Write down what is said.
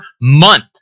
month